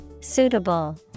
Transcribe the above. Suitable